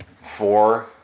four